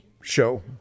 Show